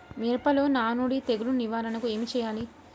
మిరపలో నానుడి తెగులు నివారణకు ఏమి చేయాలి?